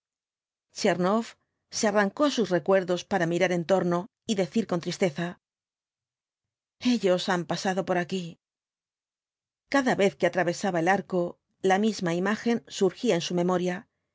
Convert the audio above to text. tchernoff se arrancó á sus recuerdos para mirar en torno y decir con tristeza ellos han pasado por aquí cada vez que atravesaba el arco la misma imagen surgía en su memoria